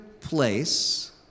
place